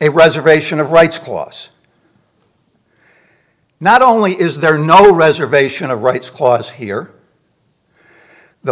a reservation of rights clause not only is there no reservation of rights clause here the